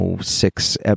six